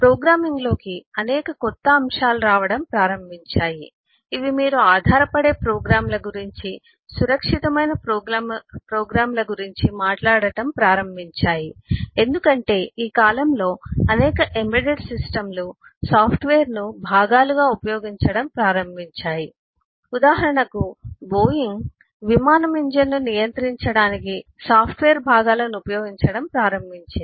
ప్రోగ్రామింగ్లోకి అనేక కొత్త అంశాలు రావడం ప్రారంభించాయి ఇవి మీరు ఆధారపడే ప్రోగ్రామ్ల గురించి సురక్షితమైన ప్రోగ్రామ్ల గురించి మాట్లాడటం ప్రారంభించాయి ఎందుకంటే ఈ కాలంలో అనేక ఎంబెడెడ్ సిస్టమ్లు సాఫ్ట్వేర్ను భాగాలుగా ఉపయోగించడం ప్రారంభించాయి మరియు ఉదాహరణకు బోయింగ్ విమానం ఇంజిన్ను నియంత్రించడానికి సాఫ్ట్వేర్ భాగాలను ఉపయోగించడం ప్రారంభించింది